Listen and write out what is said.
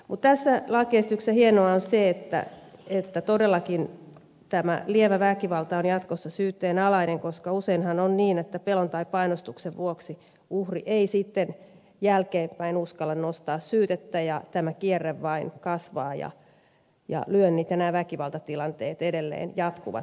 mutta tässä lakiesityksessä hienoa on se että todellakin tämä lievä väkivalta on jatkossa yleisen syytteen alainen koska useinhan on niin että pelon tai painostuksen vuoksi uhri ei jälkeenpäin uskalla nostaa syytettä ja tämä kierre vain kasvaa ja lyönnit ja väkivaltatilanteet edelleen jatkuvat